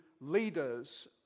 leaders